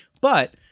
But-